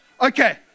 Okay